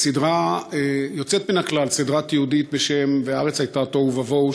סדרה יוצאת מן הכלל: סדרה תיעודית בשם "והארץ הייתה תוהו ובוהו",